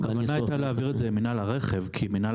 הכוונה הייתה להעביר את זה למינהל הרכב כי מינהל